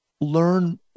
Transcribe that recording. learn